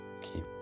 keep